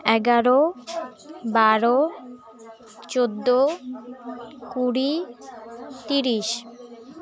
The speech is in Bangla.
এগারো বারো চোদ্দো কুড়ি তিরিশ